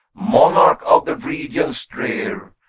monarch of the regions drear,